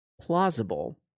plausible